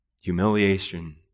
humiliation